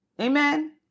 Amen